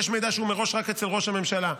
יש מידע שהוא מראש רק אצל ראש הממשלה,